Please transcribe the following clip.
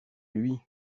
lui